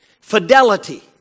fidelity